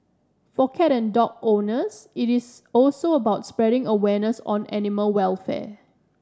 for cat and dog owners it is also about spreading awareness on animal welfare